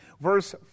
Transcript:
verse